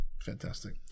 fantastic